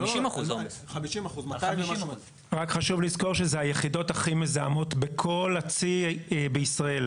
חשוב לזכור שאלה היחידות הכי מזהמות בכל הציר בישראל.